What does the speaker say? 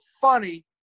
funny